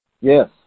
Yes